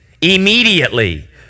immediately